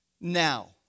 Now